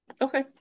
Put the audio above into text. Okay